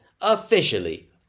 officially